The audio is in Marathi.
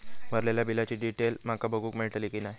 भरलेल्या बिलाची डिटेल माका बघूक मेलटली की नाय?